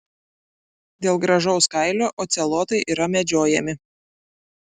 dėl gražaus kailio ocelotai yra medžiojami